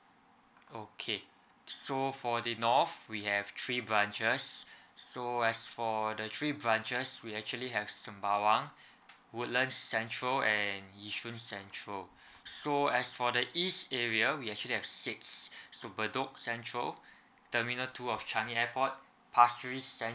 okay so for the north we have three branches so as for the three branches we actually have sembawang woodlands central and yishun central so as for the east area we actually have six ss bedok central terminal two of changi airport pasir ris central